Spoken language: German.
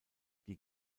die